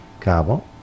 Cabo